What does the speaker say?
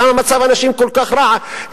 למה מצב הנשים כל כך רע,